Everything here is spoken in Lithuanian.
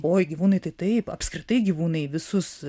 oi gyvūnai tai taip apskritai gyvūnai visus